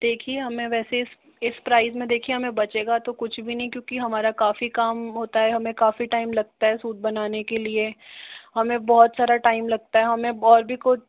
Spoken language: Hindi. देखिये हमें वैसे इस प्राइस में देखिये हमें बचेगा तो कुछ भी नहीं क्योंकि हमारा काफ़ी काम होता है हमें काफी टाइम लगता है सूट बनाने के लिए हमें बहुत सारा टाइम लगता है हमें और भी कुछ